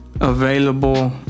Available